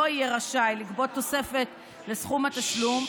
יהיה רשאי לגבות תוספת לסכום התשלום,